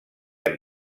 han